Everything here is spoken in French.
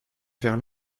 vers